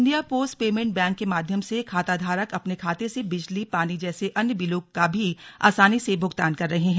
India post payment bank के माध्यम से खाताधारक अपने खाते से बिजली पानी जैसे अन्य बिलों का भी आसानी से भुगतान कर रहे हैं